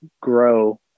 grow